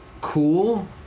cool